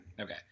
Okay